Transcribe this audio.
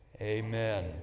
Amen